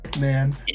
Man